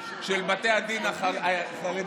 של בתי הדין החרדיים,